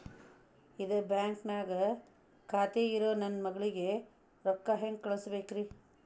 ಇದ ಬ್ಯಾಂಕ್ ನ್ಯಾಗ್ ಖಾತೆ ಇರೋ ನನ್ನ ಮಗಳಿಗೆ ರೊಕ್ಕ ಹೆಂಗ್ ಕಳಸಬೇಕ್ರಿ?